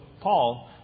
Paul